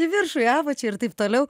į viršų į apačią ir taip toliau